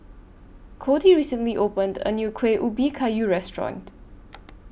Cody recently opened A New Kueh Ubi Kayu Restaurant